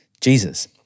Jesus